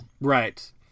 Right